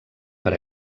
per